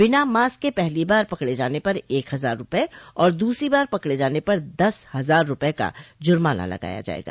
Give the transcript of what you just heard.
बिना मास्क के पहली बार पकडे जाने पर एक हजार रूपये और दूसरी बार पकडे जाने पर दस हजार रूपये का जुर्माना लगाया जायेगा